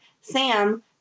Sam